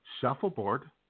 shuffleboard